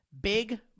Big